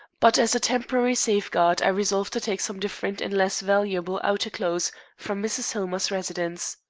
but as a temporary safeguard i resolved to take some different and less valuable outer clothes from mrs. hillmer's residence.